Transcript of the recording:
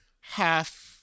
half